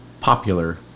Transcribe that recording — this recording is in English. popular